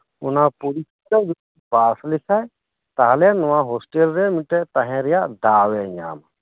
ᱚᱱᱟ ᱯᱚᱨᱤᱠᱷᱟ ᱡᱚᱫᱤᱭ ᱯᱟᱥᱞᱮᱠᱷᱟᱡ ᱛᱟᱦᱚᱞᱮ ᱱᱚᱣᱟ ᱦᱚᱥᱴᱮᱞ ᱨᱮ ᱢᱤᱫᱴᱮᱡ ᱛᱟᱦᱮᱱ ᱨᱮᱭᱟᱜ ᱫᱟᱣᱮ ᱧᱟᱢᱟ